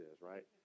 right